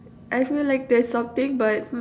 I feel like there's something but hmm